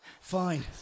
Fine